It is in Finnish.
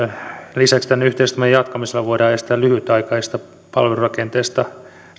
lisäksi tämän yhteistoiminnan jatkamisella voidaan estää lyhytaikaisista palvelurakenteessa